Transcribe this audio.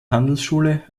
handelsschule